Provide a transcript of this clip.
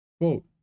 Quote